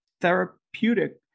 therapeutic